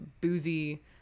boozy